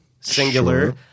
singular